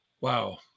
Wow